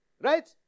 Right